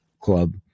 Club